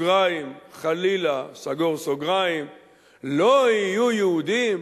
חלילה, לא יהיו יהודים?